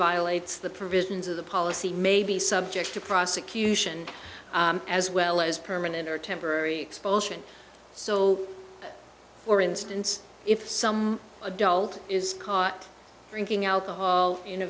provisions of the policy may be subject to prosecution as well as permanent or temporary expulsion so for instance if some adult is caught drinking alcohol in a